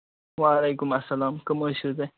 وعلیکُم اَسلام کٕم حظ چھِو تُہۍ